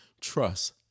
trust